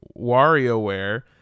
WarioWare